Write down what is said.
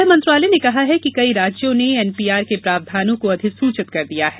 गृह मंत्रालय ने कहा कि कई राज्यों ने एनपीआर के प्रावधानों को अधिसूचित कर दिया है